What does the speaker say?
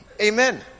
Amen